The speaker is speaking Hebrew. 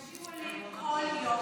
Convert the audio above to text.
אנשים עולים כל יום